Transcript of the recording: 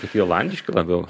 kad jie olandiški labiau